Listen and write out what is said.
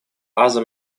other